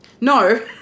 No